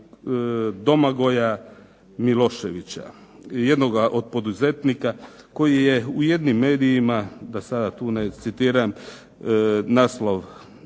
Domagoja Miloševića. Jednoga od poduzetnika koji je u jednim medijima da sada tu ne citiram naslov